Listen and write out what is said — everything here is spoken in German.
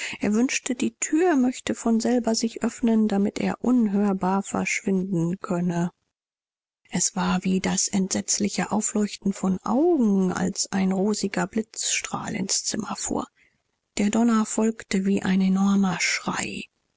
er wünschte die tür möchte von selber sich öffnen damit er unhörbar verschwinden könne es war wie das entsetzliche aufleuchten von augen als ein rosiger blitzstrahl ins zimmer fuhr der donner folgte wie ein enormer